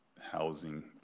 housing